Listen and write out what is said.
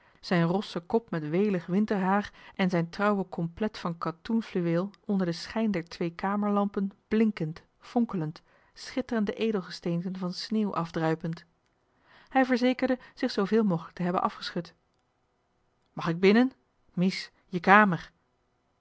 zijn rosse kop met welig winterhaar en zijn trouwe complet van katoenfluweel onder den schijn der twee kamerlampen blinkend fonkelend schitterende edelgesteenten van sneeuw afdruipend hij verzekerde zich zooveel mogelijk te hebben afgeschud mag ik binnen mies je kamer